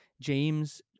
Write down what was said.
James